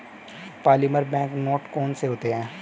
polymer bank note कौन से होते हैं